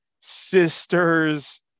sister's